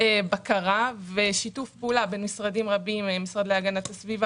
בקרה ושיתוף פעולה בין משרדים רבים: המשרד להגנת הסביבה,